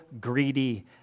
greedy